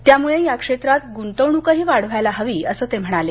त्यामुळे या क्षेत्रात गुंतवणूकही वाढवायला हवी असं ते म्हणाले